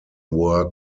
were